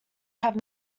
have